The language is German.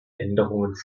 änderungen